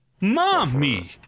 Mommy